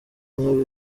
nk’ibi